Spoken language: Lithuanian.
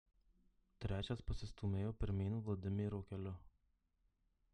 trečias pasistūmėjo pirmyn vladimiro keliu